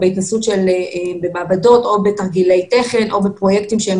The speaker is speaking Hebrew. בהתנסות במעבדות או בתרגילי תכן או בפרויקטים שהם